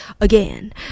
Again